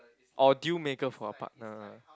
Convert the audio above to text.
or deal maker for a partner ah